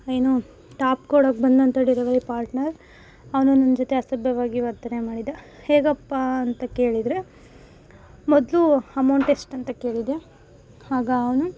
ಏನು ಟಾಪ್ ಕೊಡಕ್ಕೆ ಬಂದಂಥ ಡಿಲವರಿ ಪಾರ್ಟ್ನರ್ ಅವನು ನನ್ನ ಜೊತೆ ಅಸಭ್ಯವಾಗಿ ವರ್ತನೆ ಮಾಡಿದ ಹೇಗಪ್ಪ ಅಂತ ಕೇಳಿದರೆ ಮೊದಲು ಅಮೌಂಟ್ ಎಷ್ಟು ಅಂತ ಕೇಳಿದೆ